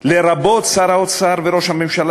לרבות שר האוצר וראש הממשלה,